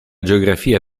geografia